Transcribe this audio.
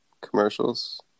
commercials